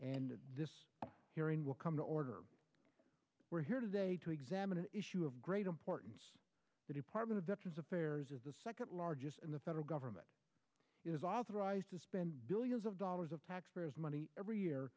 this hearing will come to order we're here today to examine an issue of great importance the department of veterans affairs of the second largest in the federal government is authorized to spend billions of dollars of taxpayers money every year